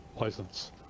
License